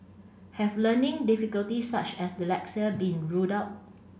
have learning difficulties such as dyslexia been ruled out